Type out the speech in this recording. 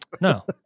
no